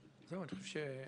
בבקשה.